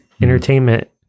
entertainment